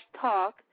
talk